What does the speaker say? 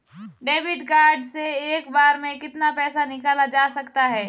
Debit card से एक बार में कितना पैसा निकाला जा सकता है?